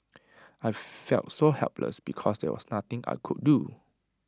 I felt so helpless because there was nothing I could do